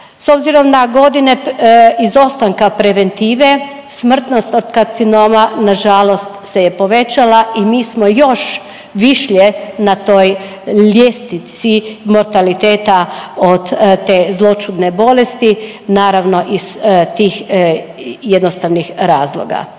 s obzirom da godine izostanka preventive, smrtnost od karcinoma nažalost se je povećala i mi smo još višlje na toj ljestvici mortaliteta od te zloćudne bolesti, naravno iz tih jednostavnih razloga.